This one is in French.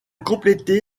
complété